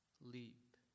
leap